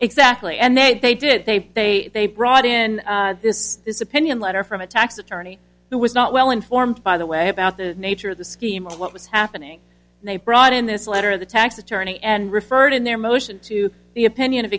exactly and that they did they they brought in this opinion letter from a tax attorney who was not well informed by the way about the nature of the scheme what was happening and they brought in this letter of the tax attorney and referred in their motion to the opinion of